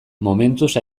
momentuz